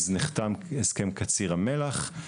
אז נחתם הסכם קציר המלח,